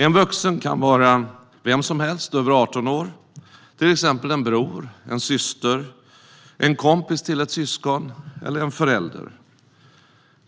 En vuxen kan vara vem som helst över arton år, till exempel en bror, en syster, en kompis till ett syskon eller en förälder.